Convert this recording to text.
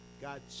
God